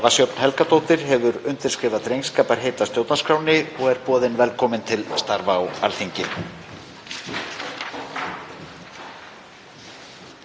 Eva Sjöfn Helgadóttir hefur undirritað drengskaparheit að stjórnarskrá og er boðin velkomin til starfa á Alþingi.